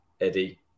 eddie